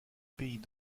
pays